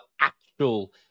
actual